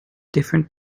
different